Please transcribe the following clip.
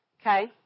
Okay